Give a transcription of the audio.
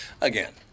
Again